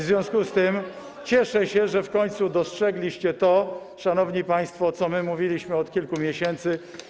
W związku z tym cieszę się, że w końcu dostrzegliście to, szanowni państwo, co my mówiliśmy od kilku miesięcy.